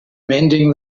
mending